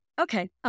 Okay